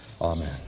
Amen